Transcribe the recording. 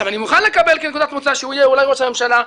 אני מוכן לקבל כנקודת מוצא שהוא יהיה אולי ראש הממשלה,